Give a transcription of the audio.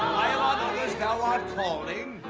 on others thou art calling